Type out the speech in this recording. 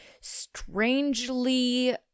strangely